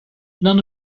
none